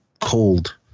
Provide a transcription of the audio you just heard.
cold